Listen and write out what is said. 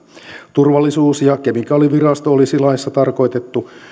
turvallisuus ja kemikaalivirasto olisi laissa tarkoitettu